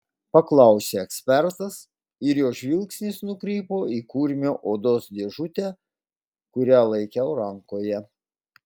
paklausė ekspertas ir jo žvilgsnis nukrypo į kurmio odos dėžutę kurią laikiau rankoje